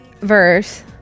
verse